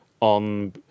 on